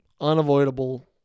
unavoidable